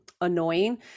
annoying